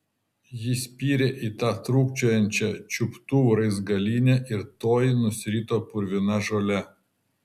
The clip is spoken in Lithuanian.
ji spyrė į tą trūkčiojančią čiuptuvų raizgalynę ir toji nusirito purvina žole